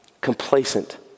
complacent